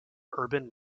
urban